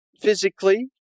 physically